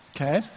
Okay